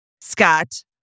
Scott